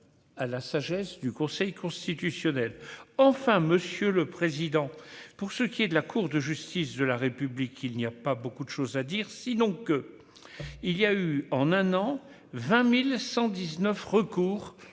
à la sagesse du Conseil constitutionnel, enfin, monsieur le président, pour ce qui est de la Cour de justice de la République, il n'y a pas beaucoup de choses à dire, sinon que, il y a eu en un an 20119 recours